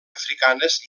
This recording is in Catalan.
africanes